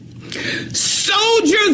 soldiers